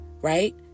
Right